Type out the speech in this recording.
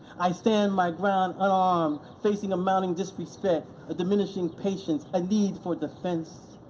i stand my ground unarmed facing a mounting disrespect, a diminishing patience, a need for defense.